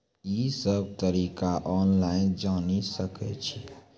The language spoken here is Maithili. ई सब तरीका ऑनलाइन जानि सकैत छी?